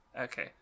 Okay